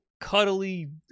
cuddly